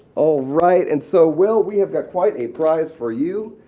alright, and so will we have got quite a prize for you.